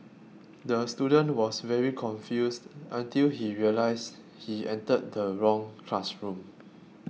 the student was very confused until he realised he entered the wrong classroom